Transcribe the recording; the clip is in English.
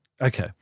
Okay